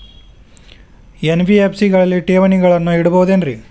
NBFC ಗಳಲ್ಲಿ ಠೇವಣಿಗಳನ್ನು ಇಡಬಹುದೇನ್ರಿ?